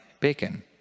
bacon